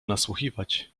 nasłuchiwać